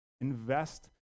invest